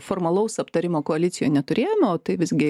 formalaus aptarimo koalicijoj neturėjome o tai visgi